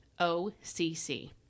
OCC